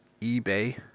eBay